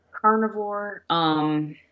Carnivore